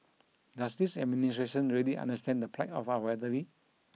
does this administration really understand the plight of our elderly